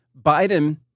Biden